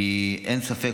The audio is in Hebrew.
אין ספק,